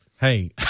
Hey